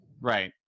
Right